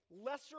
lesser